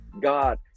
God